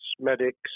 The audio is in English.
medics